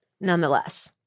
nonetheless